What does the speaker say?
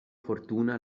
fortuna